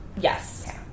Yes